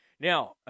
Now